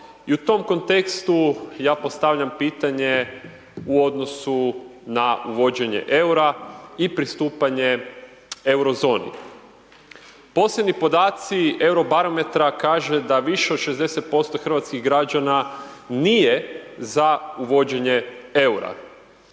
i u tom kontekstu ja postavljam pitanje u odnosu na uvođenje EUR-a i pristupanje Eurozoni. Posljednji podaci Eurobarometra kaže da više od 60% hrvatskih građana nije za uvođenje EUR-a.